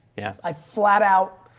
yeah i flat out,